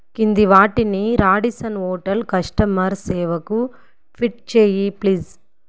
కింది వాటిని Radisson hotel customer సేవకు ట్వీట్ చేయి ప్లీజ్